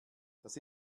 das